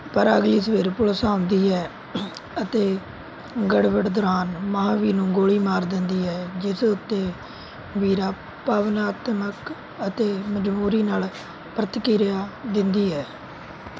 ਪਰ ਅਗਲੀ ਸਵੇਰ ਪੁਲਿਸ ਆਉਂਦੀ ਹੈ ਅਤੇ ਗੜਬੜ ਦੌਰਾਨ ਮਹਾਬੀਰ ਨੂੰ ਗੋਲੀ ਮਾਰ ਦਿੰਦੀ ਹੈ ਜਿਸ ਉੱਤੇ ਵੀਰਾ ਭਾਵਨਾਤਮਕ ਅਤੇ ਮਜ਼ਬੂਰੀ ਨਾਲ਼ ਪ੍ਰਤੀਕ੍ਰਿਆ ਦਿੰਦੀ ਹੈ